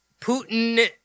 Putin